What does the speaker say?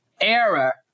Error